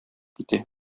китә